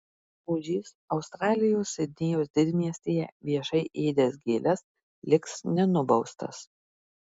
ožys australijos sidnėjaus didmiestyje viešai ėdęs gėles liks nenubaustas